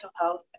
health